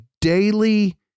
daily